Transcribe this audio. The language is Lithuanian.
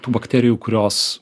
tų bakterijų kurios